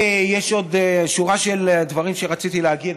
ויש עוד שורה של דברים שרציתי להגיד,